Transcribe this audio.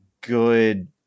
good